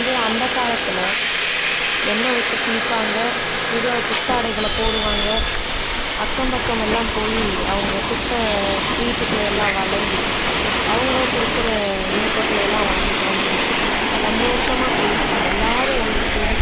இதே அந்த காலத்தில் எண்ணெய் வச்சு குளிப்பாங்க புது புத்தாடைகளை போடுவாங்க அக்கம் பக்கமெல்லாம் போய் அவங்க சுட்ட ஸ்வீட்டுகளை எல்லாம் வழங்கி அவங்க கொடுக்குற இனிப்புகளை எல்லாம் வாங்கிட்டு வந்து சந்தோசமா பேசி எல்லோரும் ஒன்றுக்கூடி